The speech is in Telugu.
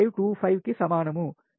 525 కి సమానం